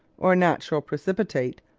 or natural precipitate,